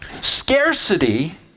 Scarcity